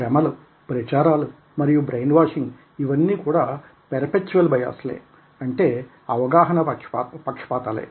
భ్రమలు ప్రచారాలు మరియు బ్రెయిన్ వాషింగ్ ఇవన్నీ కూడా పెర్సెప్ట్యుయల్ బయాస్ లే అంటే అవగాహనా పక్షపాతాలే